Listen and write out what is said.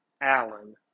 Allen